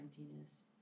emptiness